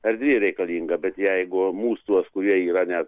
erdvė reikalinga bet jeigu mūs tuos kurie yra net